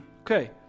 okay